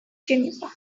geneva